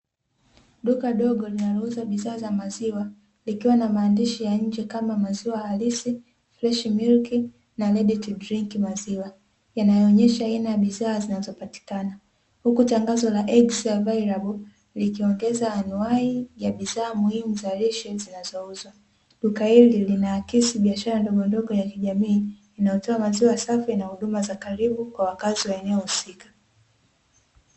duka dogo linalouza bidhaa za maziwa ikiwa na maandishi ya nje kama 'maziwa halisi', 'fresh milk' na 'ready to drink', maziwa yanayoonyesha aina ya bidhaa zinazopatikana, huku tangazo la 'x available' likiongeza anuai ya bidhaa muhimu za lishe zinazouzwa. Duka hili linaakisi biashara ndogondogo ya kijamii inayotoa maziwa safi na huduma za karibu kwa wakazi wa eneo husika.